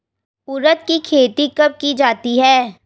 उड़द की खेती कब की जाती है?